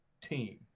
team